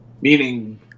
Meaning